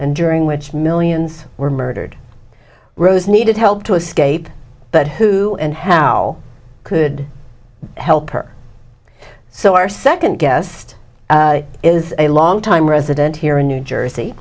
and during which millions were murdered rose needed help to escape but who and how could help her so our second guest is a longtime resident here in new jersey